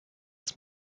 das